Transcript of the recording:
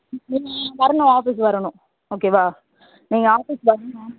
முக்கியமாக நீங்கள் வரணும் ஆஃபீஸ் வரணும் ஓகேவா நீங்கள் ஆஃபீஸ் வரணும் மேம்